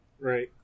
Right